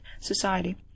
society